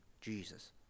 jesus